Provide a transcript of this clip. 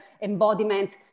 embodiments